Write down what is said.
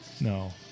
No